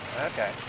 Okay